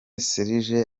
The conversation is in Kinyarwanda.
serge